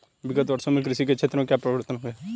विगत वर्षों में कृषि के क्षेत्र में क्या परिवर्तन हुए हैं?